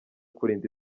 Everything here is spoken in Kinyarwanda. kurinda